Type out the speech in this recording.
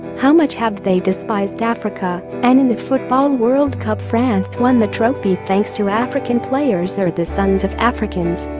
how much have they despised africa, and in the football world cup france won the trophy thanks to african players or the sons of africans